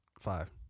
five